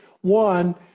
One